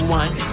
one